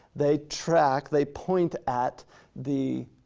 they track, they point at the